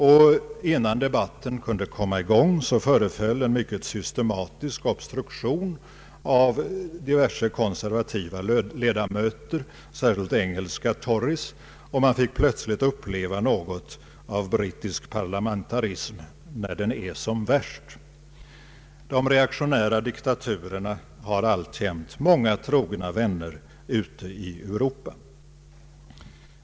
Innan debatten kunde komma i gång förekom en mycket systematisk obstruktion av diverse konservativa ledamöter, särskilt engelska tories, och man fick plötsligt uppleva något av brittisk parlamentarism när den är som värst. De reaktionära diktaturerna har alltjämt många trogna vänner ute i Europa.